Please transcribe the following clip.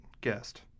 guest